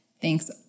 Thanks